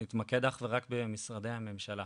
נתמקד אך ורק במשרדי הממשלה.